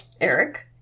Eric